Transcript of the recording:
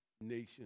nation